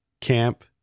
camp